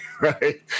right